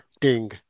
Ding